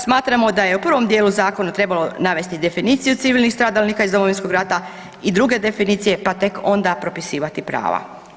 Smatramo da je u prvom dijelu zakona trebalo navesti definiciju stradalnika iz Domovinskog rata i druge definicije, pa tek onda propisivati prava.